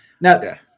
now